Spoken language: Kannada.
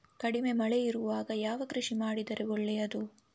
ಕಡಿಮೆ ಮಳೆ ಇರುವಾಗ ಯಾವ ಕೃಷಿ ಮಾಡಿದರೆ ಒಳ್ಳೆಯದು?